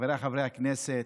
חבריי חברי הכנסת,